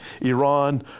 Iran